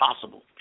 possible